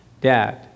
Dad